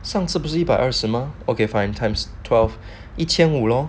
上次不是一百二十吗 okay fine times twelve 一千五 lor